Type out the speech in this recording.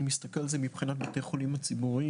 מסתכל על זה מבחינת בתי החולים הציבוריים,